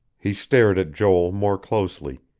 he stared at joel more closely,